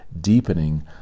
deepening